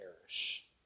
perish